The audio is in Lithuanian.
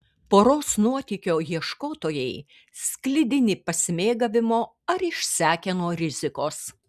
poros nuotykio ieškotojai sklidini pasimėgavimo ar išsekę nuo rizikos